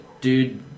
dude